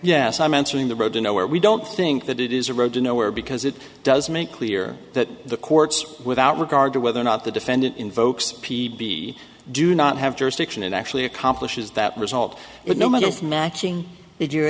yes i'm answering the road to nowhere we don't think that it is a road to nowhere because it does make clear that the courts without regard to whether or not the defendant invokes p b do not have jurisdiction and actually accomplishes that result but no matter of matching